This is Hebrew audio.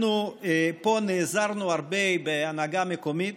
נעזרנו הרבה בהנהגה מקומית,